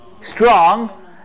strong